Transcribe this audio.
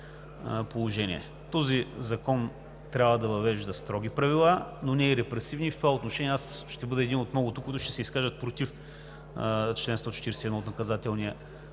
Този закон трябва да въвежда строги правила, но не и репресивни. В това отношение аз ще бъда един от многото, които ще се изкажат против чл. 141 от Наказателния